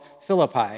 Philippi